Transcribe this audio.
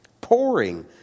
Pouring